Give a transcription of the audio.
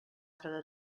cada